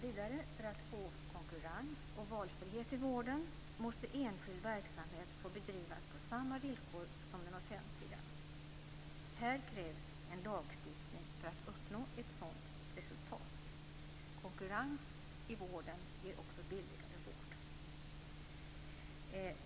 Vidare: För att få konkurrens och valfrihet i vården måste enskild verksamhet få bedrivas på samma villkor som den offentliga. Här krävs en lagstiftning för att uppnå ett sådant resultat. Konkurrens i vården ger också billigare vård.